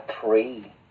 three